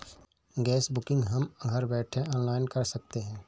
gas booking हम घर बैठे ऑनलाइन कर सकते है